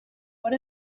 what